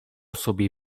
sobie